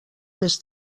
més